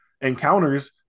encounters